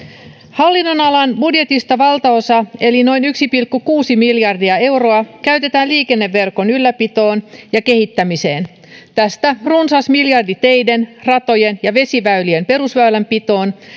hallinnonalan budjetista valtaosa eli noin yksi pilkku kuusi miljardia euroa käytetään liikenneverkon ylläpitoon ja kehittämiseen tästä runsas miljardi teiden ratojen ja vesiväylien perusväylänpitoon